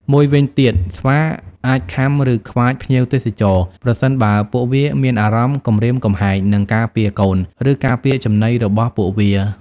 មួយវិញទៀត ស្វាអាចខាំ ឬខ្វាចភ្ញៀវទេសចរ ប្រសិនបើពួកវាមានអារម្មណ៍គំរាមកំហែង និងការពារកូន ឬការពារចំណីរបស់ពួកវា។